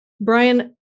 Brian